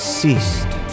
ceased